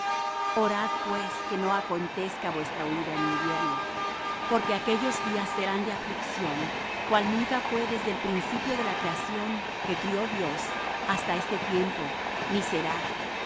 orad pues que no acontezca vuestra huída en invierno porque aquellos días serán de aflicción cual nunca fué desde el principio de la creación que crió dios hasta este tiempo ni será